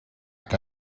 que